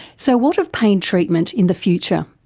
so what of pain treatment in the future?